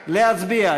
להצביע.